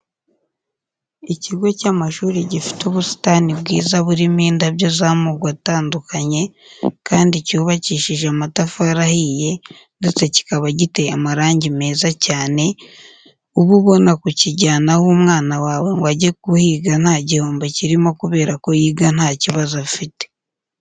Ikigo cy'amashuri gifite ubusitani bwiza burimo indabyo z'amoko atandukanye kandi cyubakishije amatafari ahiye ndetse kikaba giteye amarangi meza cyane, uba ubona kukijyanaho umwana wawe ngo ajye kuhiga nta gihombo kirimo kubera ko yiga nta kibazo afite.